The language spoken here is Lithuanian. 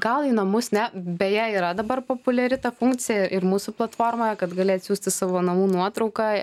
gal į namus ne beje yra dabar populiari ta funkcija ir mūsų platformoje kad gali atsiųsti savo namų nuotrauką